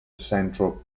central